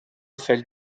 fehlt